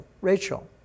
Rachel